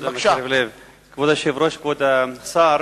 כבוד היושב-ראש, כבוד השר,